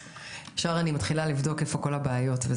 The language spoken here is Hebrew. עכשיו אני מתחילה לבדוק איפה כל הבעיות,